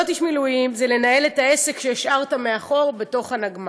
להיות איש מילואים זה לנהל את העסק שהשארת מאחור בתוך הנגמ"ש.